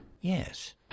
Yes